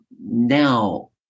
Now